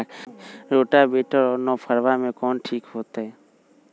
Rotavator और नौ फ़ार में कौन ठीक होतै?